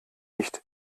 nicht